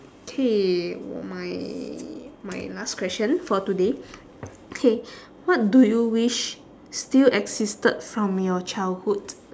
okay my my last question for today okay what do you wish still existed from your childhood